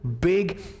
big